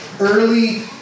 early